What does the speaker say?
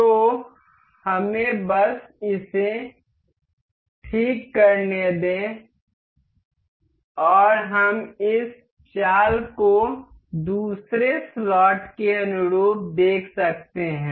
तो हमें बस इसे ठीक करने दें और हम इस चाल को दूसरे स्लॉट के अनुरूप देख सकते हैं